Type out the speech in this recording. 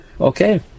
Okay